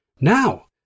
now